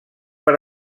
per